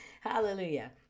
Hallelujah